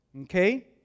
okay